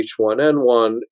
H1N1